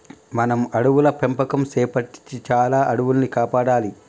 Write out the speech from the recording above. మనం అడవుల పెంపకం సేపట్టి చాలా అడవుల్ని కాపాడాలి